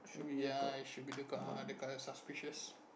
I mean ya it should be the car the colour's suspicious